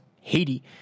Haiti